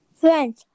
French